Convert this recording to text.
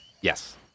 Yes